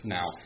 Now